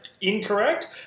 incorrect